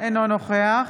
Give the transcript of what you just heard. אינו נוכח